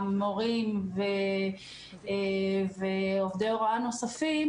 המורים ועובדי הוראה נוספים,